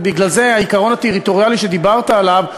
בגלל זה העיקרון הטריטוריאלי שדיברת עליו,